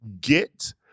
get